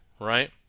right